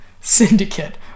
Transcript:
syndicate